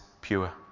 pure